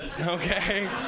Okay